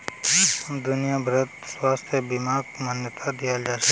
दुनिया भरत स्वास्थ्य बीमाक मान्यता दियाल जाछेक